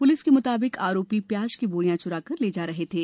police के मुताबिक आरोपी प्याज की बोरियां चुराकर ले जा रहे थे